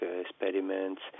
experiments